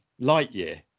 Lightyear